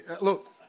look